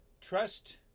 trust